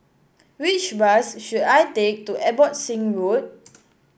which bus should I take to Abbotsingh Road